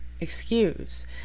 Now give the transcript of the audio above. excuse